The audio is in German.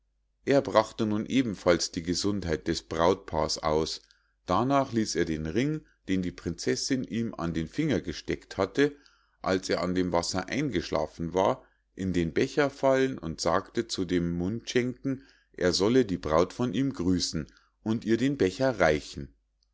er brachte nun ebenfalls die gesundheit des brautpaars aus darnach ließ er den ring den die prinzessinn ihm an den finger gesteckt hatte als er an dem wasser eingeschlafen war in den becher fallen und sagte zu dem mundschenken er solle die braut von ihm grüßen und ihr den becher reichen